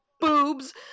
boobs